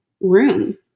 room